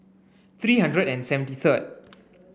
three hundred and seventy third